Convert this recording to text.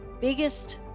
biggest